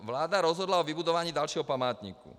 Vláda rozhodla o vybudování dalšího památníku.